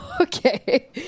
Okay